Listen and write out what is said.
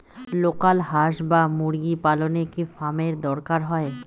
Local হাস বা মুরগি পালনে কি ফার্ম এর দরকার হয়?